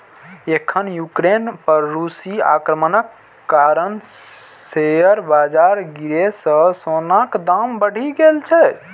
एखन यूक्रेन पर रूसी आक्रमणक कारण शेयर बाजार गिरै सं सोनाक दाम बढ़ि गेल छै